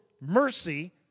mercy